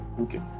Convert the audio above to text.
Okay